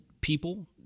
people